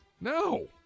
No